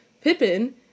Pippin